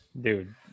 Dude